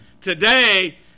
today